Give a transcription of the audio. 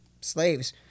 slaves